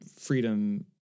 freedom